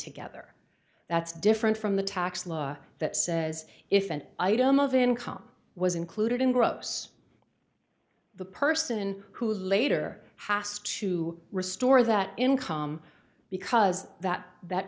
together that's different from the tax law that says if an item of income was included in gross the person who was later asked to restore that income because that that